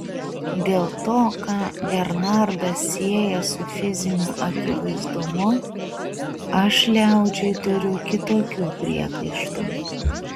dėl to ką bernardas sieja su fiziniu akivaizdumu aš liaudžiai turiu kitokių priekaištų